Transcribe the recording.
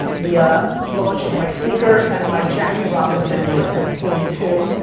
the ah launch of my sneaker and my jackie robinson year, number forty two.